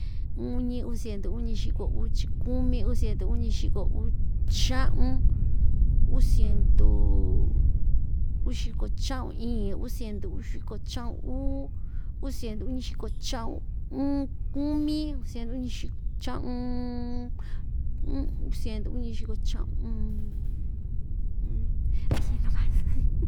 Uñi, uu siendu uñixiko uchi kumi, uu siendu uñixiko uch cha'un, uu siendu uxiko cha'un iin, uu siendu uxiko cha'un uu, uu siendu uñixiko cha'un uun kumi, uu siendu uñixiko cha'un, uu siendu uñixiko cha'un.